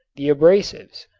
the abrasives,